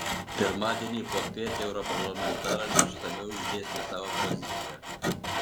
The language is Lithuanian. pirmadienį popiet europarlamentaras išsamiau išdėstė savo poziciją